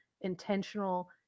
intentional